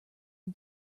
him